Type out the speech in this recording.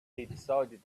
decided